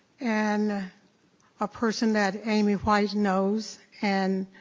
and a person that amy white knows, and,